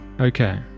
Okay